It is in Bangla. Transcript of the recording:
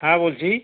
হ্যাঁ বলছি